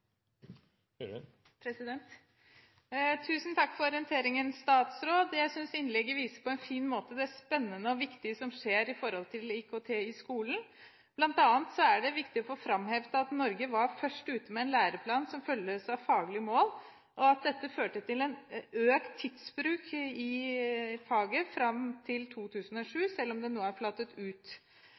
klasserommet. Tusen takk for orienteringen. Jeg synes innlegget viser på en fin måte det spennende og viktige som skjer i forhold til IKT i skolen. Blant annet er det viktig å få framhevet at Norge var først ute med en læreplan som følges av faglige mål, og at dette førte til en økt tidsbruk i faget fram til 2007, selv om den nå er flatet ut.